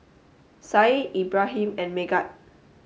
said Ibrahim and Megat